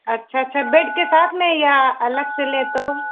अच्छा अच्छा बेड के साथ में या अलग से लें तो